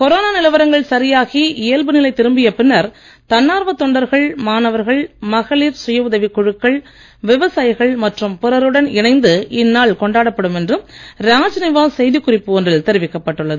corona நிலவரங்கள் சரியாகி இயல்பு நிலை திரும்பிய பின்னர் தன்னார்வத் தொண்டர்கள் மாணவர்கள் மகளிர் சுயஉதவிக் குழுக்கள் விவசாயிகள் மற்றும் பிறருடன் இணைந்து இந்நாள் கொண்டாடப் படும் என்று ராஜ்நிவாஸ் செய்திக்குறிப்பு ஒன்றில் தெரிவிக்கப்பட்டுள்ளது